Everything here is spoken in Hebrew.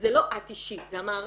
וזה לא את אישית, זה המערכת.